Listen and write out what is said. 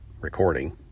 recording